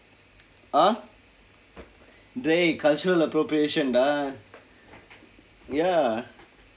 ah dey cultural appropriation dah ya